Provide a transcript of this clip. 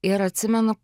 ir atsimenu